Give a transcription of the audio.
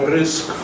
risk